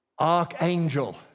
Archangel